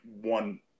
one